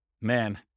man